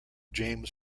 james